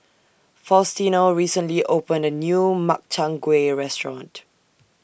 Faustino recently opened A New Makchang Gui Restaurant